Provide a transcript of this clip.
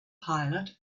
pilot